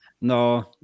no